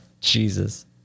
Jesus